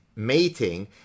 mating